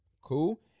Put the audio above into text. cool